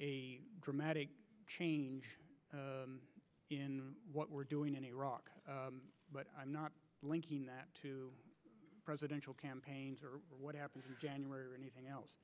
a dramatic change in what we're doing in iraq but i'm not linking that to presidential campaigns or what happened in january or anything else